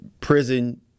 prison